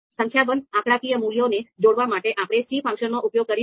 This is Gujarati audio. સંખ્યાબંધ આંકડાકીય મૂલ્યોને જોડવા માટે આપણે c ફંક્શનનો ઉપયોગ કરીશું